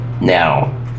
now